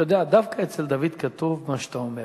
אתה יודע, דווקא אצל דוד כתוב מה שאתה אומר.